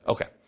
Okay